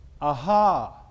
Aha